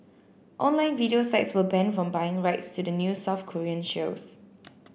online video sites were banned from buying rights to the new South Korean shows